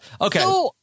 okay